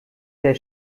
der